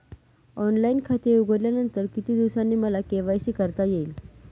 Online खाते उघडल्यानंतर किती दिवसांनी मला के.वाय.सी करता येईल?